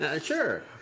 Sure